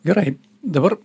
gerai dabar